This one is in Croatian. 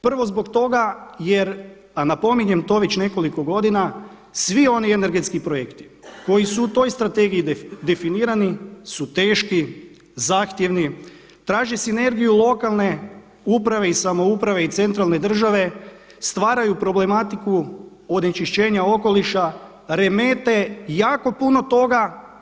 Prvo zbog toga jer, napominjem to već nekoliko godina svi oni energetski projekti koji su u toj Strategiji definirani su teški, zahtjevni, traže sinergiju lokalne uprave i samouprave i centralne države, stvaraju problematiku onečišćenja okoliša, remete jako puno toga.